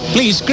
Please